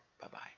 Bye-bye